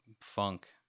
funk